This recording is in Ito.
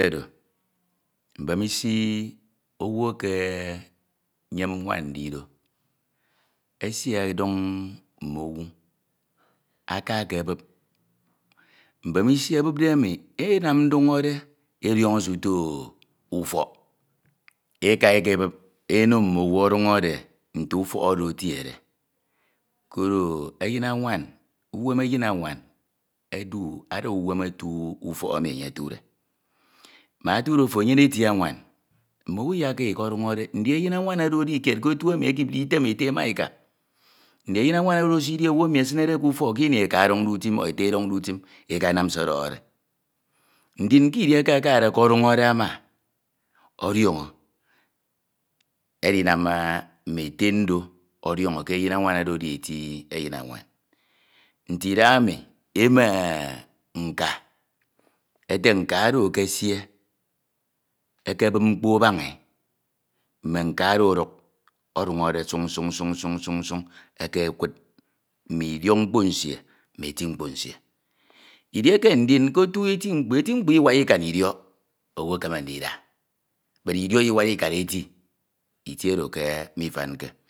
. Mbemsi owu nkeyem nwan ndido. esi ọdoñ mmowu aka ekebup. mbemisi ebupde emi enam nduñọre ediọñọ uto ufok. Eka ekebup eno muomu eduñore nte ufọk oro etiede. koro eyin amman. uwem eyin anwan. edu. ada uwem otu emi enye tude. mak otudo ofo enyeme eti anwan. mmomu iyaka ike duñore edi eyin anwan oro edi kied ke otu emi ekipde item ete ma eka. edi eyin anwan esisi owu emi esinede ke ufọk ke ini ọdọñde utim o ete odoñde utim. ekanam se ọkokhọde. ndin ke edieke akade ọkọduñore ama ọdioño. edinam mme ete ndo ọdiọñọ ke eyin anwan oro edieti eyin anwam. Nte idahami emek nka ete eka oro ekesie. ekebup mkpo ebaña e. mme nka oro eduk ọduñore suñ suñ suñ suñ ekekud mmidiọk mkpo nsie ma eti mkpo nsie. edieke ndiri ke otu eti mkpo. eti mkpo inak ikam idiok. owu ekem ndida bed idiọk iwak ikan eto oro ke mmifanke,